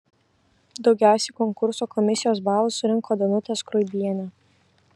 daugiausiai konkurso komisijos balų surinko danutė skruibienė